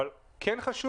אבל כן חשוב,